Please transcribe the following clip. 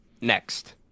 next